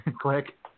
Click